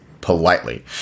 politely